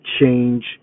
change